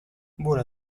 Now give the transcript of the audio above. bula